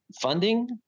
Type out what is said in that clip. funding